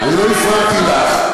אני לא הפרעתי לך,